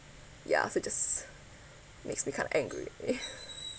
ya so it just makes me kind of angry